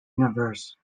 universe